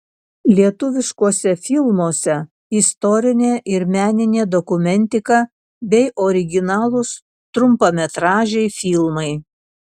lietuviškuose filmuose istorinė ir meninė dokumentika bei originalūs trumpametražiai filmai